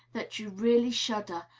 that you really shudder,